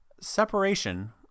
Separation